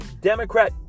Democrat